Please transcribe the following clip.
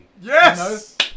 Yes